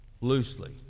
loosely